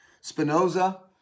Spinoza